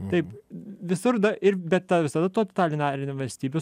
taip visur ir bet visada totalitarinių valstybių